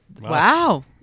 wow